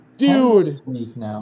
Dude